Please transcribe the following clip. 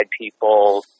people